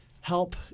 help